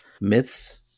myths